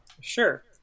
Sure